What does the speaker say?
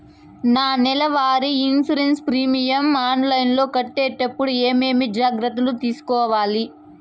నా నెల వారి ఇన్సూరెన్సు ప్రీమియం ఆన్లైన్లో కట్టేటప్పుడు ఏమేమి జాగ్రత్త లు తీసుకోవాలి?